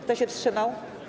Kto się wstrzymał?